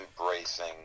embracing